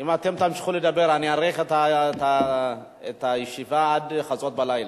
אם אתם תמשיכו לדבר אני אאריך את הישיבה עד חצות הלילה.